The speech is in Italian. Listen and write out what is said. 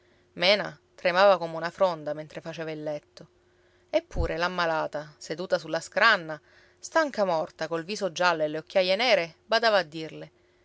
mena tremava come una fronda mentre faceva il letto eppure l'ammalata seduta sulla scranna stanca morta col viso giallo e le occhiaie nere badava a dirle